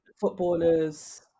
Footballers